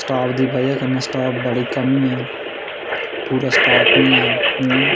staff दी वजह् कन्ने स्टाफ दी बड़ी कमी ऐ पूरा स्टाफ नीं ऐ